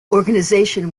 organization